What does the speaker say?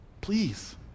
Please